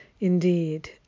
Indeed